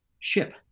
ship